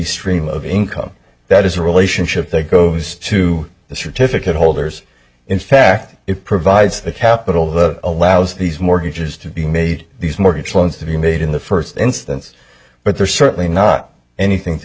stream of income that is a relationship that goes to the certificate holders in fact it provides it's the capital that allows these mortgages to be made these mortgage loans to be made in the first instance but they're certainly not anything to